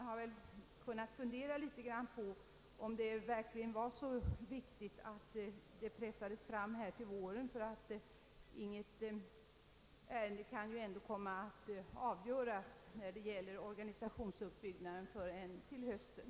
Jag undrar om det verkligen var så angeläget att ärendet pressades fram till vårsessionen, ty ingen fråga röran de organisationsuppbyggnaden kan väl avgöras förrän till hösten.